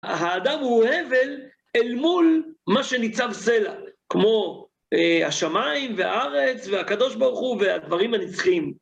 האדם הוא הבל אל מול מה שניצב סלע, כמו השמיים, והארץ, והקדוש ברוך הוא, והדברים הנצחיים.